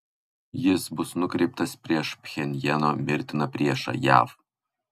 jis bus nukreiptas prieš pchenjano mirtiną priešą jav